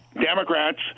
Democrats